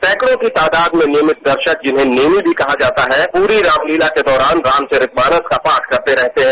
सैकड़ो की तादाद में नियमित दर्शक जिन्हें नेमि भी कहा जाता है पूरी रामलीला के दौरान रामचरित मानस का पाठ करते रहते हैं